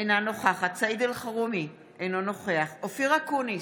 אינה נוכחת סעיד אלחרומי, אינו נוכח אופיר אקוניס,